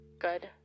Good